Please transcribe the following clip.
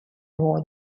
more